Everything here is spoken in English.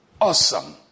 awesome